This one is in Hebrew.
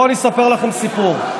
בואו אני אספר לכם סיפור.